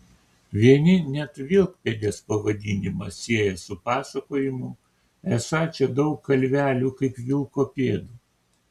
vieni net vilkpėdės pavadinimą sieja su pasakojimu esą čia daug kalvelių kaip vilko pėdų